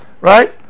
right